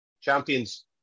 Champions